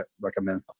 recommend